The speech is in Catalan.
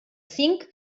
cinc